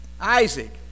Isaac